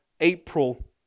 April